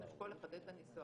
אנחנו נשקול לחדד את הניסוח.